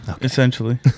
Essentially